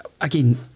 again